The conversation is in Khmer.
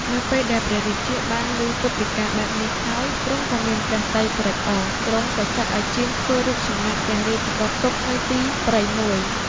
នៅពេលដែលព្រះរាជាបានឮពុទ្ធដីកាបែបនេះហើយ ទ្រង់ក៏មានព្រះទ័យត្រេកអរ ទ្រង់ក៏ចាត់ឲ្យជាងធ្វើរូបសំណាកព្រះរាជបុត្រទុកនៅទីព្រៃមួយ។